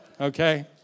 Okay